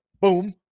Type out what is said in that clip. boom